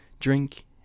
Drink